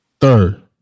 Third